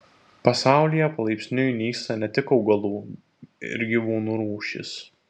pasaulyje palaipsniui nyksta ne tik augalų ir gyvūnų rūšys